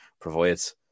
provides